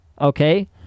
okay